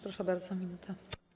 Proszę bardzo, minuta.